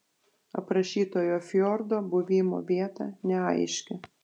aprašytojo fjordo buvimo vieta neaiški